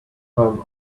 time